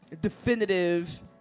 definitive